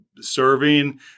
Serving